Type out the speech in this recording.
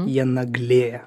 jie naglėja